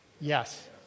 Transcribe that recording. Yes